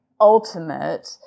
ultimate